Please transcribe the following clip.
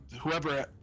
Whoever